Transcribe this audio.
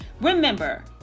Remember